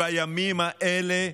בימים האלה,